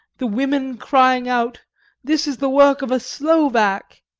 the women crying out this is the work of a slovak!